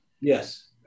Yes